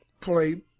played